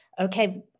okay